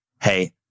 hey